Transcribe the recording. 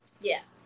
Yes